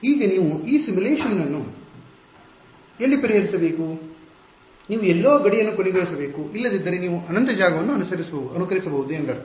ಈಗ ನೀವು ಈ ಸಿಮ್ಯುಲೇಶನ್ ಅನ್ನು ಎಲ್ಲಿ ಪರಿಹರಿಸಬೇಕು ನೀವು ಎಲ್ಲೋ ಗಡಿಯನ್ನು ಕೊನೆಗೊಳಿಸಬೇಕು ಇಲ್ಲದಿದ್ದರೆ ನೀವು ಅನಂತ ಜಾಗವನ್ನು ಅನುಕರಿಸಬಹುದು ಎಂದರ್ಥ